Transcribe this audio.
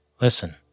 Listen